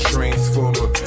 Transformer